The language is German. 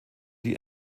die